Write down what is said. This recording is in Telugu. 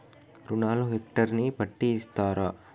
రుణాలు హెక్టర్ ని బట్టి ఇస్తారా?